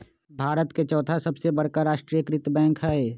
भारत के चौथा सबसे बड़का राष्ट्रीय कृत बैंक हइ